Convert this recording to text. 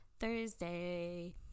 Thursday